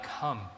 come